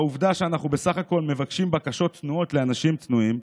והעובדה שאנחנו בסך הכול מבקשים בקשות צנועות לאנשים צנועים,